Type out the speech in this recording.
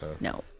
No